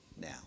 now